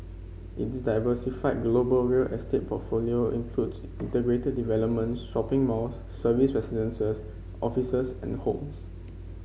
its diversified global real estate portfolio includes integrated development shopping malls serviced residences offices and homes